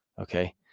okay